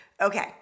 okay